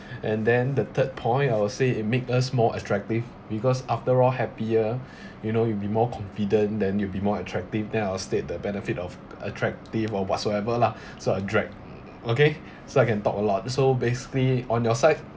and then the third point I will say it make us more attractive because after all happier you know you'll be more confident than you'd be more attractive then I will state the benefit of attractive or whatsoever lah so I drag okay so I can talk a lot so basically on your side